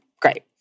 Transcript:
Great